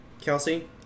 Kelsey